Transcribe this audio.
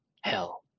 Hell